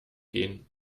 gehen